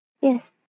Yes